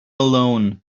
alone